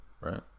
right